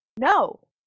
No